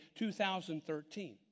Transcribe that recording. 2013